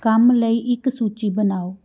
ਕੰਮ ਲਈ ਇੱਕ ਸੂਚੀ ਬਣਾਓ